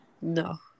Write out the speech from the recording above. No